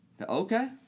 Okay